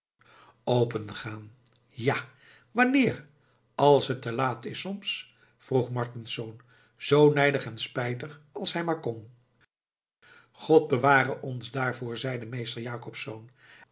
opengaan ja wanneer als het te laat is soms vroeg martensz zoo nijdig en spijtig als hij maar kon god beware ons daarvoor zeide meester jacobsz